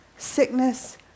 sickness